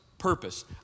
purpose